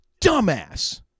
dumbass